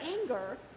anger